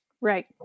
right